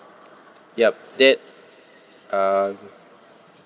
yup that um